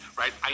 right